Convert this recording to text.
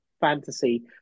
fantasy